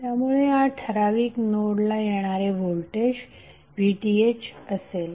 त्यामुळे या ठराविक नोडला येणारे व्होल्टेज VTh असेल